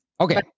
Okay